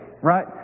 right